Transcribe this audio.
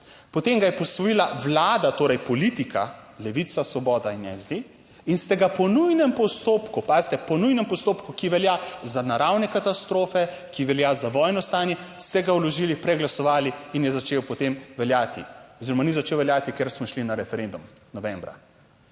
potem ga je posvojila Vlada, torej politika, Levica, Svoboda in SD in ste ga po nujnem postopku, pazite, po nujnem postopku, ki velja za naravne katastrofe, ki velja za vojno stanje, ste ga vložili, preglasovali in je začel potem veljati oziroma ni začel veljati, ker smo šli na referendum novembra.